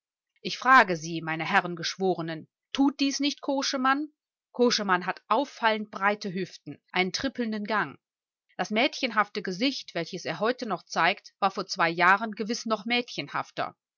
ich frage sie meine herren geschworenen tut dies nicht koschemann koschemann hat auffallend breite hüften einen trippelnden gang das mädchenhafte gesicht welches er heute noch zeigt war vor zwei jahren gewiß noch mädchenhafter